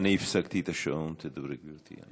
אני הפסקתי את השעון, גברתי.